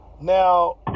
Now